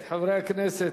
חברי הכנסת,